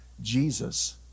Jesus